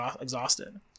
exhausted